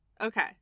Okay